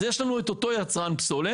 אז יש לנו את אותו יצרן פסולת.